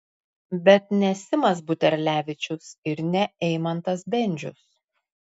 bet ne simas buterlevičius ir ne eimantas bendžius